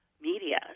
media